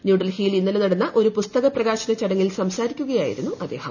ന്യൂഡൽഹിയിൽ ഇന്നലെ നടന്ന ഒരു പുസ്തക പ്രകാശന ചടങ്ങിൽ സംസാരിക്കുകയായിരുന്നു അദ്ദേഹം